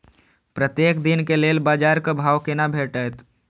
प्रत्येक दिन के लेल बाजार क भाव केना भेटैत?